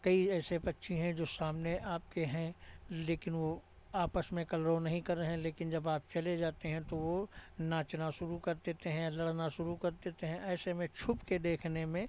कई ऐसे पक्षी हैं जो सामने आपके हैं लेकिन वो आपस में कलरव नहीं कर रहे हैं लेकिन जब आप चले जाते हैं तो वो नाचना शुरू कर देते हैं या लड़ना शुरू कर देते हैं ऐसे में छुप के देखने में